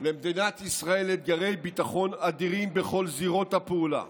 למדינת ישראל אתגרי ביטחון אדירים בכל זירות הפעולה,